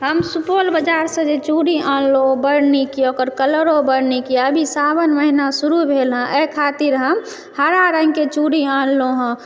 हम सुपौल बजारसँ जे चूड़ी आनलहुँ ओ बड्ड नीक यऽ ओकर कलरो बड्ड नीक यऽ अभी सावन महीना शुरु भेल हँ एहि खातिर हम हरा रङ्गके चूड़ी आनलहुँ हँ